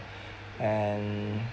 and